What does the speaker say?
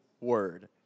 word